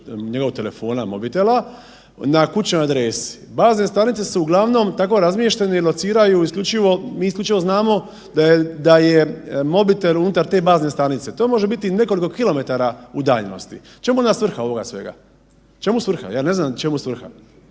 njegovog telefona, mobitela na kućnoj adresi. Bazne stanice su uglavnom tako razmještene i lociraju isključivo, mi isključivo znamo da je, da je mobitel unutar te bazne stanice. To može biti i nekoliko kilometara udaljenosti. Čemu onda svrha ovoga svega? Čemu svrha? Ja ne znam čemu svrha.